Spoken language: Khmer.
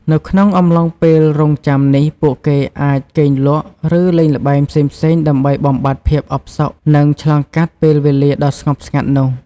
នៅក្នុងអំឡុងពេលរង់ចាំនេះ ពួកគេអាចគេងលក់ ឬលេងល្បែងផ្សេងៗដើម្បីបំបាត់ភាពអផ្សុក និងឆ្លងកាត់ពេលវេលាដ៏ស្ងប់ស្ងាត់នោះ។